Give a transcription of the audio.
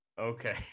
Okay